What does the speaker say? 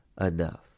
enough